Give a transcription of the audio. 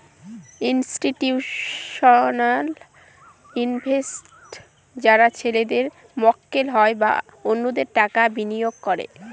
institutional investors যারা ছেলেদের মক্কেল হয় বা অন্যদের টাকা বিনিয়োগ করে